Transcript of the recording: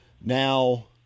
Now